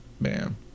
Bam